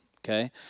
okay